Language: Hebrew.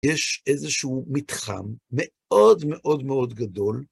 יש איזשהו מתחם מאוד מאוד מאוד גדול